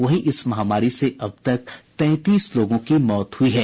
वहीं इस महामारी से अब तक तैंतीस लोगों की मौत हुई है